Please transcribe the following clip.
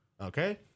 Okay